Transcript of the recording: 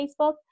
Facebook